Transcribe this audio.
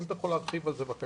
האם אתה יכול להרחיב על זה בבקשה?